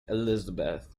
elizabeth